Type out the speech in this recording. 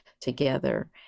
together